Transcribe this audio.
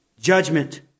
judgment